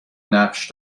نقش